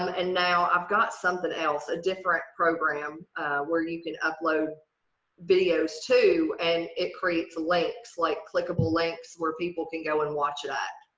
um and now i've got something else, a different program where you can upload videos, too, and it creates links. like clickable links where people can go and watch that.